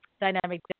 Dynamic